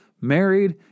married